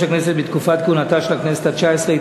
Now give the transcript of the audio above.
הכנסת בתקופת כהונתה של הכנסת התשע-עשרה),